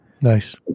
Nice